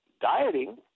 dieting